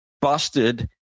busted